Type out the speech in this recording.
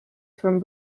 from